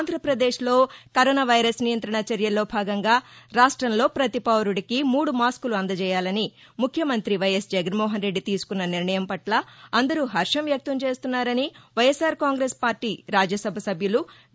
ఆంధ్రాప్రదేశ్లో corona virus నియంతణ చర్యల్లో భాగంగా రాష్టంలో పతి పౌరుడికి మూడు మాస్కులు అందజేయాలని ముఖ్యమంతి వైఎస్ జగన్ మోహన్ రెడ్డి తీసుకున్న నిర్ణయం పట్ల అందరూ హర్వం వ్యక్తం చేస్తున్నారని వైఎస్సార్ కాంగ్రెస్ పార్టీ రాజ్య సభ సభ్యులు వి